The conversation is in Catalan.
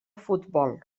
futbol